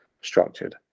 structured